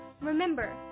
Remember